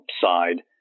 side